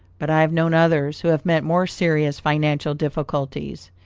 but i have known others who have met more serious financial difficulties,